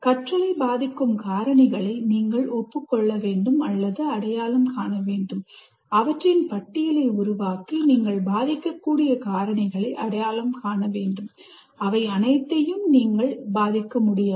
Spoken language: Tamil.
கற்றலை பாதிக்கும் காரணிகளை நீங்கள் ஒப்புக் கொள்ள வேண்டும் அல்லது அடையாளம் காண வேண்டும் அவற்றின் பட்டியலை உருவாக்கி நீங்கள் பாதிக்கக்கூடிய காரணிகளை அடையாளம் காண வேண்டும் அவை அனைத்தையும் நீங்கள் அனுமதிக்க முடியாது